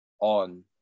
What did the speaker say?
on